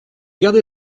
gardez